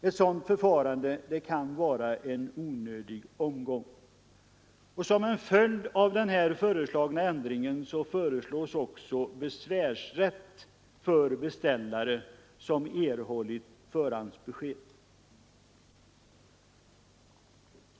Ett sådant förfarande kan vara en onödig omgång. Som en följd av den föreslagna ändringen vill utskottet också ha besvärsrätt för beställare som erhållit förhandsbesked.